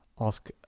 ask